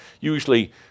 usually